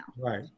Right